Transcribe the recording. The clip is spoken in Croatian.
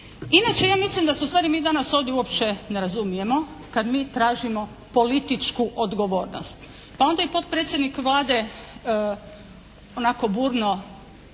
Inače ja mislim da se ustvari mi danas uopće ovdje ne razumijemo kada mi tražimo političku odgovornost. Pa onda je i potpredsjednik Vlade onako burno